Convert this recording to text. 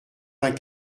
vingt